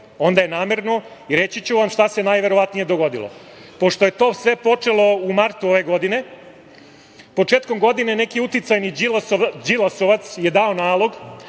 onda je namerno, reći ću vam šta se najverovatnije dogodilo. Pošto je to sve to počelo u martu ove godine, početkom godine neki uticajni đilasovac je dao nalog,